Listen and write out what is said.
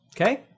Okay